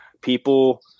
people